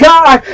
God